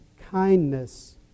kindness